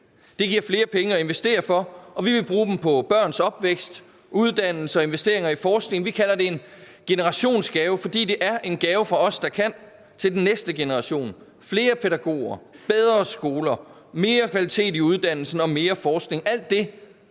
Det giver flere penge at investere for, og vi vil bruge dem på børns opvækst, uddannelse og investeringer i forskning. Vi kalder det en generationsgave, fordi det er en gave fra os, der kan, til næste generation: flere pædagoger, bedre skoler, mere kvalitet i uddannelsen og mere forskning – alt det,